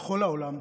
בכל העולם,